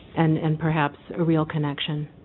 and and perhaps a real connection